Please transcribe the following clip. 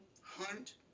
Hunt